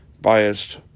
biased